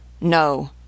No